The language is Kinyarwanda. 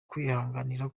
kwihanganira